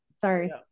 Sorry